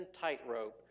tightrope